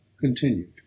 continued